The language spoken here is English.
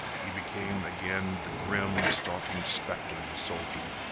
he became again the grim, stalking specter of a soldier.